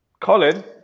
Colin